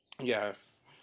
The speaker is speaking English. Yes